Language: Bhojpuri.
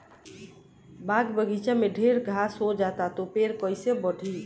बाग बगइचा में ढेर घास हो जाता तो पेड़ कईसे बढ़ी